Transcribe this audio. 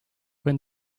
when